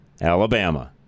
Alabama